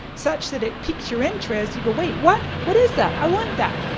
such that it peaks your interest. you go wait what, what is that? i want that.